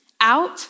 out